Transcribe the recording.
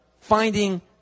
finding